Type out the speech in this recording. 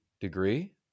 Degree